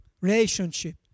relationship